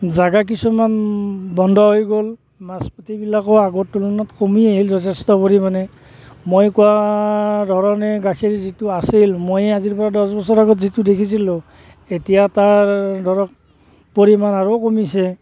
জেগা কিছুমান বন্ধ হৈ গ'ল মাছ পুঠিবিলাকো আগৰ তুলনাত কমি আহিল যথেষ্ট পৰিমাণে মই কোৱা ধৰণে গাখীৰ যিটো আছিল ময়ে আজিৰ পৰা দহ বছৰ আগত যিটো দেখিছিলোঁ এতিয়া তাৰ ধৰক পৰিমাণ আৰু কমিছে